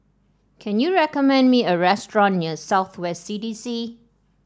can you recommend me a restaurant near South West C D C